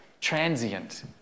transient